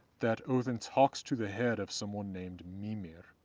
that odinn talks to the head of someone named mimir.